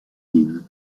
dean